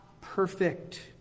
perfect